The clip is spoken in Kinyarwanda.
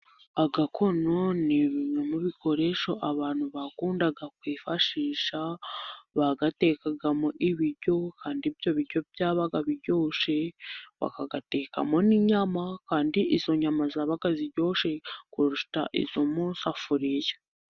Agakono ni bimwe mu bikoresho abantu bakundaga kwifashisha, bagatekagamo ibiryo, kandi byabaga biryoshye, bakagatekamo n'inyama, kandi izo nyama zabaga ziryoshye kuruta izo mu isafuriya.